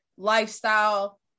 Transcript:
lifestyle